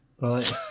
right